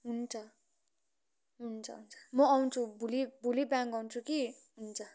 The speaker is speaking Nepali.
हुन्छ हुन्छ म आउँछु भोलि भोलि ब्याङ्क आउँछु कि हुन्छ